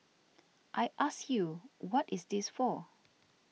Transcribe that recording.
I ask you what is this for